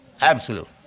absolute